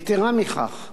יתירה מכך,